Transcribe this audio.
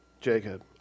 Jacob